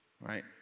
right